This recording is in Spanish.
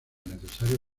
necesario